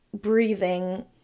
breathing